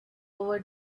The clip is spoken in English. over